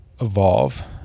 evolve